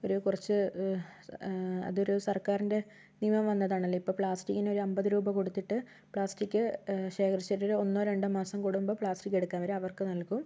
ഒരു കുറച്ച് അതൊരു സർക്കാരിന്റെ നിയമം വന്നതാണല്ലോ ഇപ്പോൾ പ്ലാസ്റ്റിക്കിന് ഒരു അൻപത് രൂപ കൊടുത്തിട്ട് പ്ലാസ്റ്റിക്ക് ശേഖരിച്ചിട്ട് ഒരു ഒന്നോ രണ്ടോ മാസം കൂടുമ്പോൾ പ്ലാസ്റ്റിക്ക് എടുക്കാൻ വരും അവർക്ക് നൽകും